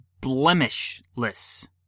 blemishless